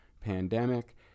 pandemic